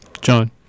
John